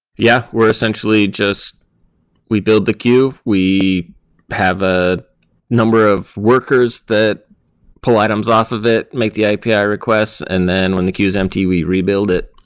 yeah. we're essentially just we build the queue. we have a number of workers that pull items off of it, make the api ah request. and then when the queue is empty, we rebuild it,